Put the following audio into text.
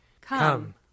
Come